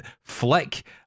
flick